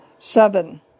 seven